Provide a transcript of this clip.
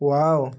wow